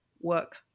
work